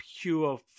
pure